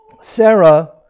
Sarah